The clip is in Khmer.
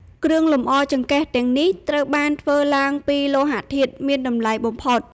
គ្រឿងលម្អចង្កេះទាំងនេះត្រូវបានធ្វើឡើងពីលោហៈធាតុមានតម្លៃបំផុត។